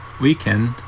weekend